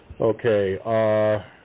okay